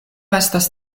estas